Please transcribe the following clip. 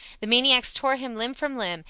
the maniacs tore him limb from limb,